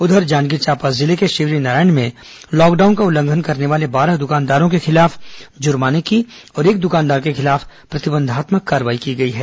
उधर जांजगीर चांपा जिले के शिवरीनारायण में लॉकडाउन का उल्लंघन करने वाले बारह दुकानदारों के खिलाफ जुर्माने की और एक दुकानदार के खिलाफ प्रतिबंधात्मक कार्रवाई की गई है